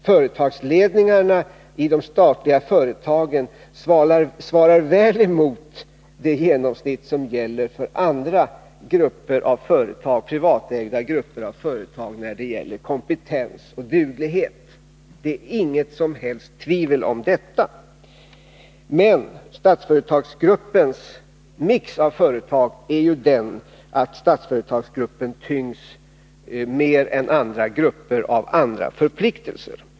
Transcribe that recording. Företagsledningarna i de statliga företagen svarar väl emot genomsnittet för andra, privatägda grupper av företag när det gäller kompetens och duglighet. Det är inget som helst tvivel om detta. Men Statsföretagsgruppens ”mix” av företag gör ju att gruppen mer än andra och på ett annat sätt tyngs av förpliktelser.